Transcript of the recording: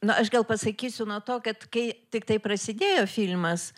na aš gal pasakysiu nuo to kad kai tiktai prasidėjo filmas